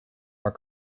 our